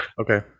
Okay